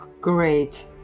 Great